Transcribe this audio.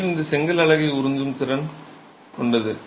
நீர் இந்த செங்கல் அலகை உறிஞ்சும் திறன் கொண்டது